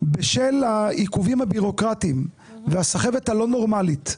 בשל העיכובים הבירוקרטיים והסחבת הלא נורמלית,